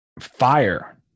fire